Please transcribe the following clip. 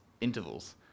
intervals